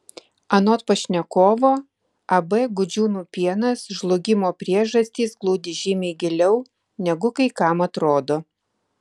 anot pašnekovo ab gudžiūnų pienas žlugimo priežastys glūdi žymiai giliau negu kai kam atrodo